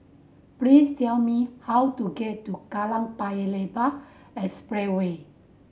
please tell me how to get to Kallang Paya Lebar Expressway